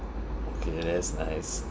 okay that's nice